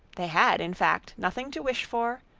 they had in fact nothing to wish for,